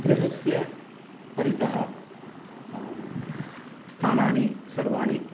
गृहस्य परितः स्थानानि सर्वाणि